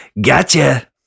Gotcha